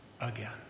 again